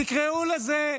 תקראו לזה: